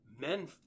men